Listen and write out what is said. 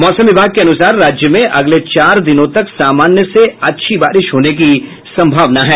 मौसम विभाग के अनुसार राज्य में अगले चार दिनों तक सामान्य से अच्छी बारिश होने की संभावना है